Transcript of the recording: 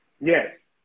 Yes